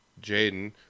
Jaden